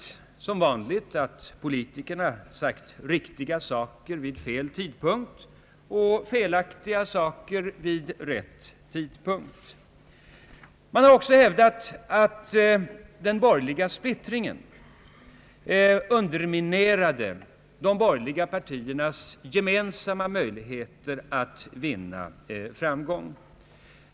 Man har som vanligt framhållit att politikerna sagt riktiga saker vid fel tidpunkt och felaktiga saker vid rätt tidpunkt. Man har också hävdat att den borgerliga splittringen underminerade de borgerliga partiernas gemensamma möjligheter att vinna framgång.